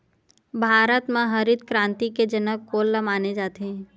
भारत मा हरित क्रांति के जनक कोन ला माने जाथे?